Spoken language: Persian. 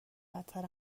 بدتر